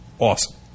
Awesome